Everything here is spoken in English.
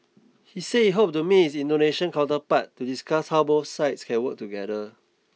he said he hoped to meet his Indonesian counterpart to discuss how both sides can work together